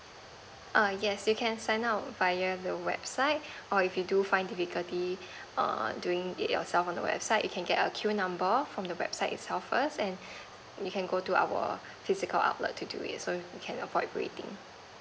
err yes you can sign up via the website or if you do find difficulty err doing it yourself on the website you can get a queue number from the website itself first and you can go to our physical outlet to do it so you can avoid waiting